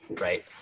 right